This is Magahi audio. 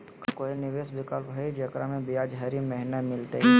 का कोई निवेस विकल्प हई, जेकरा में ब्याज हरी महीने मिलतई?